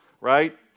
right